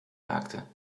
raakte